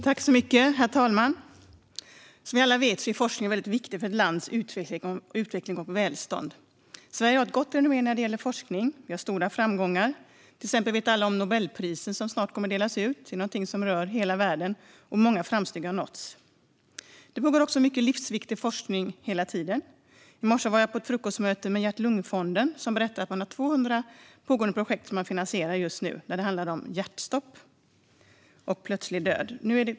Herr talman! Som vi alla vet är forskningen viktig för ett lands utveckling och välstånd. Sverige har ett gott renommé när det gäller forskning. Vi har stora framgångar. Exempelvis känner alla till Nobelprisen, som snart kommer att delas ut. Det är något som rör hela världen, och många framsteg har nåtts. Det pågår hela tiden mycket livsviktig forskning. I morse var jag på ett frukostmöte med Hjärt-Lungfonden, där man berättade att det för närvarande finns 200 pågående projekt som fonden finansierar. De handlar om hjärtstopp och plötslig död.